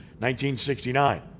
1969